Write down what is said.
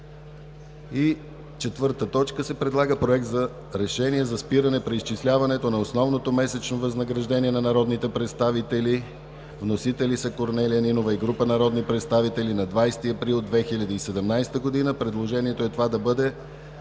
ПОДНС. За т. 4 се предлага Проект на решение за спиране преизчисляването на основното месечно възнаграждение на народните представители“. Вносители са Корнелия Нинова и група народни представители на 20 април 2017 г. Предложението е това да бъде